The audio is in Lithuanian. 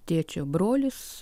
tėčio brolis